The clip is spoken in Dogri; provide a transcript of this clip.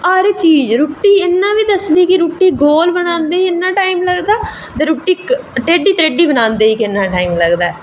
हर चीज़ रुट्टी इन्ना बी दसदी कि रुट्टी ते रुट्टी गोल बनांदे इन्ना टाईम लगदा ते रुट्टी त्रेड्डी बनांदे किन्ना टाईम लगदा ऐ